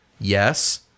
yes